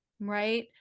right